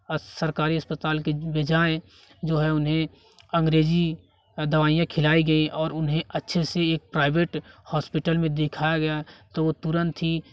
आज सरकारी अस्पताल की बजाए जो है उन्हें अंग्रेजी दवाइयाँ खिलाई गई और उन्हें अच्छे से एक प्राइवेट हॉस्पिटल में दिखाया गया तो वो तुरंत ही